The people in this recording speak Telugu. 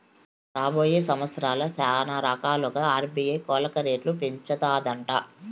రాబోయే సంవత్సరాల్ల శానారకాలుగా ఆర్బీఐ కోలక రేట్లు పెంచతాదట